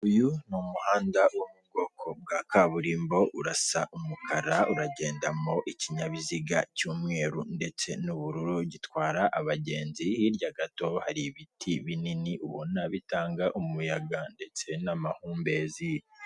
uyu ni umuhanda wo mu bwoko bwa kaburimbo urasa umukara uragenda mo ikinyabiziga cy'umweru ndetse n'ubururu gitwara abagenzi hirya gato hari ibiti binini ubona bitanga umuyaga ndetse n'amahumbezi .